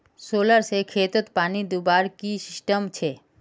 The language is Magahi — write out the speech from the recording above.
सोलर से खेतोत पानी दुबार की सिस्टम छे?